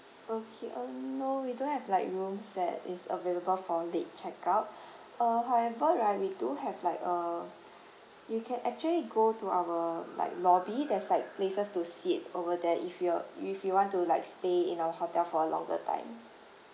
okay um no we don't have like rooms that is available for late check out uh however right we do have like a you can actually go to our like lobby there's like places to sit over there if you were if you want to like stay in our hotel for a longer time